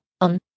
On